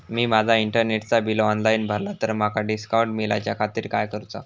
मी माजा इंटरनेटचा bill online भरला तर माका डिस्काउंट मिलाच्या खातीर काय करुचा?